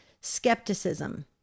skepticism